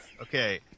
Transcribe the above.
okay